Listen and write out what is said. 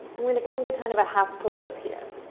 um going to come to kind of a half push-up here.